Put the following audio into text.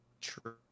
True